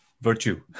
Virtue